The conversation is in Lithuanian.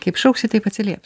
kaip šauksi taip atsilieps